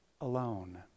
alone